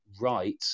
right